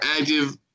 active